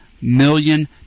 million